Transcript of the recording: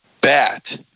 bat